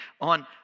on